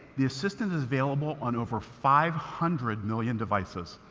the assistant is available on over five hundred million devices,